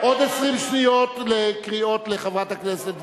עוד 20 שניות לקריאות לחברת הכנסת וילף.